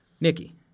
Nikki